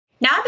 Now